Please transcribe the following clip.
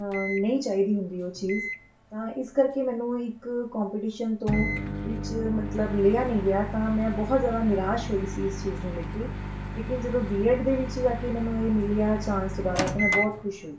ਨਹੀਂ ਚਾਹੀਦੀ ਹੁੰਦੀ ਉਹ ਚੀਜ਼ ਤਾਂ ਇਸ ਕਰਕੇ ਮੈਨੂੰ ਇੱਕ ਕੋਮਪੀਟੀਸ਼ਨ ਤੋਂ ਵਿੱਚ ਮਤਲਬ ਲਿਆ ਨਹੀਂ ਗਿਆ ਤਾਂ ਮੈਂ ਬਹੁਤ ਜ਼ਿਆਦਾ ਨਿਰਾਸ਼ ਹੋਈ ਸੀ ਇਸ ਚੀਜ਼ ਨੂੰ ਲੈ ਕੇ ਲੇਕਿਨ ਜਦੋਂ ਬੀ ਐਡ ਦੇ ਵਿੱਚ ਜਾ ਕੇ ਮੈਨੂੰ ਇਹ ਮਿਲਿਆ ਚਾਨਸ ਦੁਬਾਰਾ ਤਾਂ ਮੈਂ ਬਹੁਤ ਖੁਸ਼ ਹੋਈ